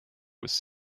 was